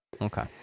Okay